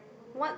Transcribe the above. what